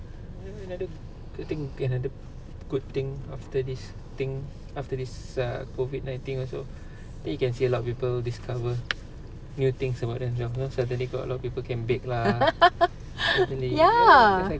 ya